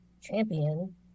champion